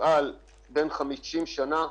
מפעל בן 50 שנה,